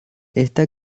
está